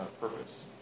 purpose